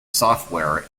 software